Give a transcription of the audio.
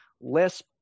less